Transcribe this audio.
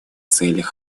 целей